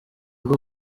rwo